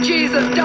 Jesus